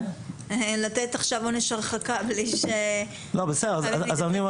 לתת עונש הרחקה בלי להתייצב במשטרה זה --- עכשיו